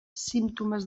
símptomes